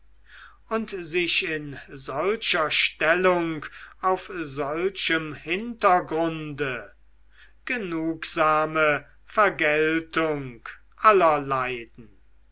und sich in solcher stellung auf solchem hintergrunde genugsame vergeltung aller leiden